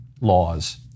laws